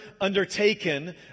undertaken